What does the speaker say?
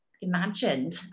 imagined